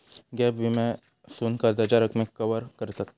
gap विम्यासून कर्जाच्या रकमेक कवर करतत